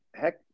heck –